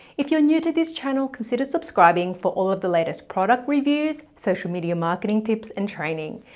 if you're new to this channel, consider subscribing for all of the latest product reviews, social media marketing tips and training.